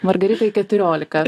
margaritai keturiolika